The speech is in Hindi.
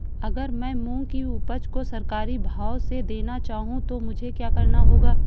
अगर मैं मूंग की उपज को सरकारी भाव से देना चाहूँ तो मुझे क्या करना होगा?